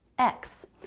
x.